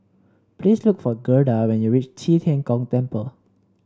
please look for Gerda when you reach Qi Tian Gong Temple